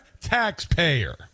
taxpayer